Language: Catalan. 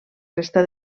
resta